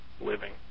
living